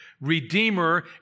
redeemer